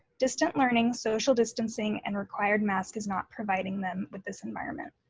distant learning, social distancing, and required mask is not providing them with this environment.